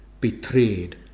betrayed